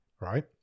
Right